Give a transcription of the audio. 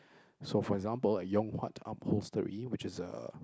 so for example a Yong-Huat-Upholstery which is a